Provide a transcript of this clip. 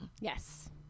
Yes